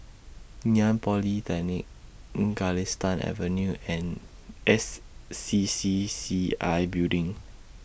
Ngee Ann Polytechnic Galistan Avenue and S C C C I Building